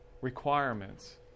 requirements